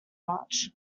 much